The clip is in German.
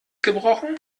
gebrochen